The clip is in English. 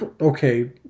okay